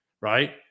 Right